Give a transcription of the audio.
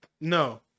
No